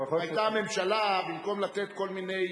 לפחות, אם היתה הממשלה, במקום לתת כל מיני